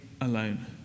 alone